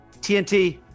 TNT